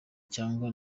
cyangwa